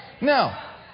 now